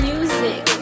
Music